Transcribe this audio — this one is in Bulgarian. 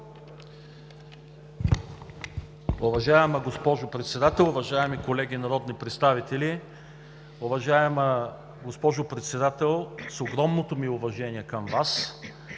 Уважаема госпожо Председател, уважаеми колеги народни представители! Уважаема госпожо Председател, с огромното ми уважение към Вас,